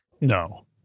No